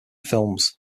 films